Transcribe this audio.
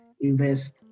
invest